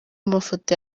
mafoto